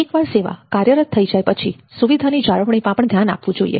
એકવાર સેવા કાર્યરત થઈ જાય પછી સુવિધાની જાળવણીમાં પણ ધ્યાન આપવું જોઈએ